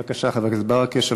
בבקשה, חבר הכנסת ברכה.